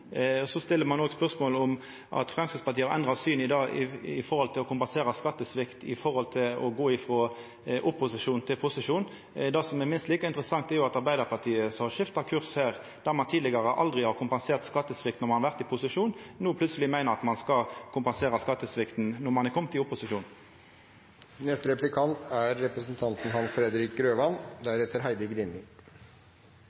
kommuneproposisjon. Så det blir direkte feil å seia at denne regjeringa har ein annan politikk når det gjeld å finansiera opp kommunesektoren. Ein stiller òg eit spørsmål om Framstegspartiet endra syn på å kompensera for skattesvikt då dei gjekk frå opposisjon til posisjon. Det som er minst like interessant, er at det er Arbeidarpartiet som har skifta kurs her. Der ein tidlegare aldri har kompensert for skattesvikt når ein har vore i posisjon, meiner ein no plutseleg at ein skal kompensera for skattesvikten – når ein er